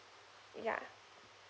ya